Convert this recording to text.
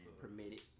permitted